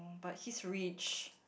but he's rich